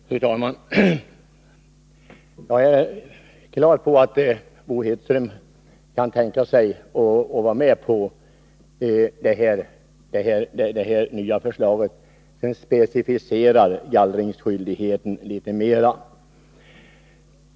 Fru talman! Jag är på det klara med att Bo Hedström kan tänka sig att vara med på det nya förslaget, som specificerar gallringsskyldigheten litet mer än tidigare regler.